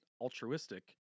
altruistic